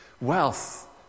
Wealth